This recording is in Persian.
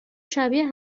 شبیه